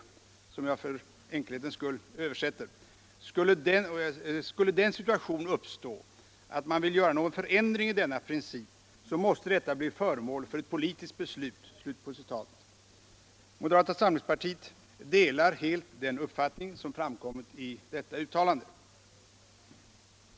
vilka jag för enkelhetens skull översätter: ”Skulle den situation uppstå att man vill göra någon förändring i denna princip, så måste detta bli föremål för ett politiskt beslut.” Moderata samlingspartiet delar helt den uppfattning som framkommit i detta uttalande.